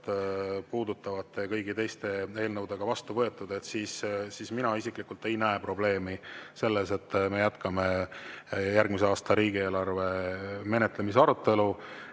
puudutavate eelnõudega vastu võetud, siis mina isiklikult ei näe probleemi selles, et me jätkame järgmise aasta riigieelarve menetlemise arutelu